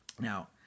Now